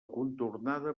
contornada